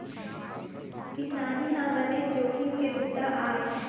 किसानी ह बनेच जोखिम के बूता आय